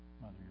mother